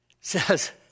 says